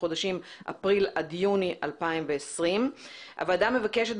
חודשים אפריל עד יוני 2020. הוועדה מבקשת,